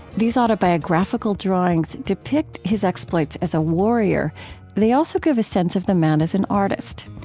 these autobiographical drawings depict his exploits as a warrior they also give a sense of the man as an artist.